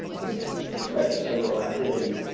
with respect to criminal activity.